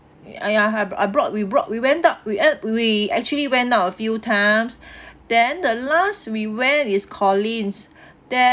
I ya I I brought we brought we went out we went we actually went out a few times then the last we went is collin's then